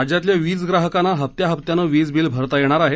राज्यातल्या वीज ग्राहकांना हप्ता हप्त्याने वीज बिल भरता येणार आहे